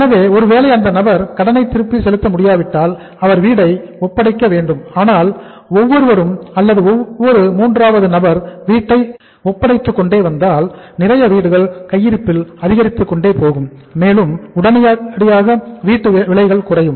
எனவே ஒருவேளை அந்த நபர் கடனை திருப்பி செலுத்த முடியாவிட்டால் அவர் வீட்டை ஒப்படைக்க வேண்டும் ஆனால் ஒவ்வொருவரும் அல்லது ஒவ்வொரு மூன்றாவது நபர் வீட்டை ஒப்படைத்து கொண்டே வந்தால் நிறைய வீடுகள் கையிருப்பில் அதிகரித்துக் கொண்டே போகும் மேலும் உடனடியாக வீட்டு விலைகள் குறையும்